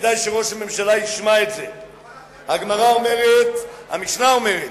וכדאי שראש הממשלה ישמע את זה, המשנה אומרת: